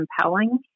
compelling